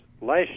last